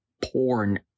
porn